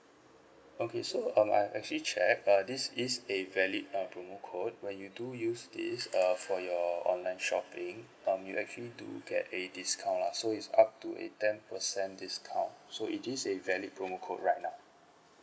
okay so um I actually check uh this is a valid uh promo code when you do use this uh for your online shopping um you actually do get a discount lah so it's up to a ten percent discount so it is a valid promo code right now